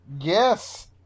Yes